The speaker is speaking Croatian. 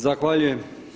Zahvaljujem.